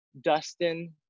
Dustin